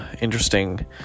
interesting